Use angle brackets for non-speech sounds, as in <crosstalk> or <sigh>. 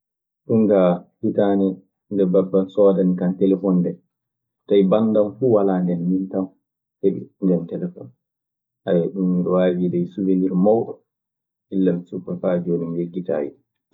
Ɗun kaa hitaande nde Babba an soodani kan telefoŋ ndee. Tayi bande an fuu walaa ndeen. Min tan ndeen heɓi ndeen telefoŋ. <hesitation> ɗun miɗe waawi wiide ɗun suɓeniir ɓawɗo, illa mi suka faa jooni mi yeggitaayi ɗun.